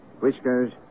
whiskers